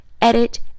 edit